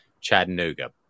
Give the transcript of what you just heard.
Chattanooga